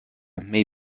may